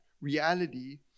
reality